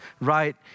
right